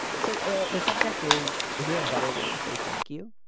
so the subject is is there a better way to say thank you.